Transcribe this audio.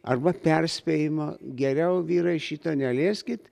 arba perspėjimo geriau vyrai šito nelieskit